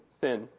sin